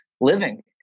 living